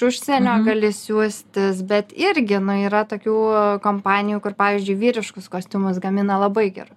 užsienio gali siųstis bet irgi yra tokių kompanijų kur pavyzdžiui vyriškus kostiumus gamina labai gerus